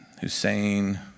Hussein